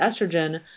estrogen